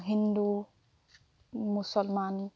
হিন্দু মুচলমান